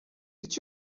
did